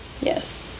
Yes